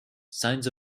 signs